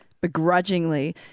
begrudgingly